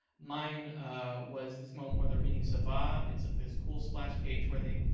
mine was this moment where they're meeting savah, its like this cool splash page where they,